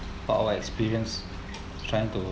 about our experience trying to